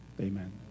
amen